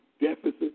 deficit